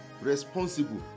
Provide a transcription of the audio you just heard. responsible